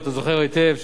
ואתה זוכר היטב,